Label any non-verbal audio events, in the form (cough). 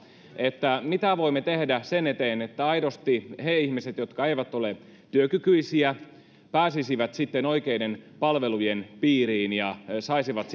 mitä voimme tehdä sen eteen että aidosti ne ihmiset jotka eivät ole työkykyisiä pääsisivät oikeiden palvelujen piiriin ja saisivat (unintelligible)